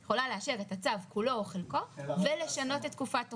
היא יכולה לאשר את הצו כולו או חלקו ולשנות את תקופת תוקפו.